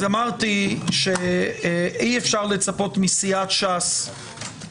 אז אמרתי שאי-אפשר לצפות מסיעת ש"ס